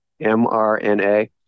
MRNA